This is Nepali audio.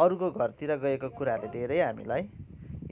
अरूको घरतिर गएको कुराहरूले धेरै हामीलाई